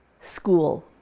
school